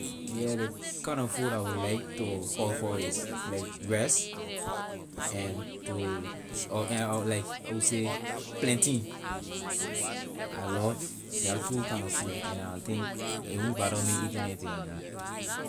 Yeah the kind na food that I will like to call for is like rice and to ley uh eh uh like let we say plantain I love that two kind of food and I think it won't bother me eating it until I die.